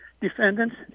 defendants